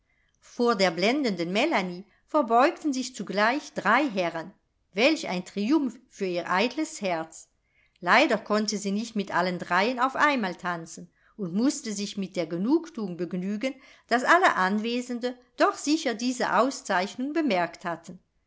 vor der blendenden melanie verbeugten sich zugleich drei herren welch ein triumph für ihr eitles herz leider konnte sie nicht mit allen dreien auf einmal tanzen und mußte sich mit der genugthuung begnügen daß alle anwesende doch sicher diese auszeichnung bemerkt hatten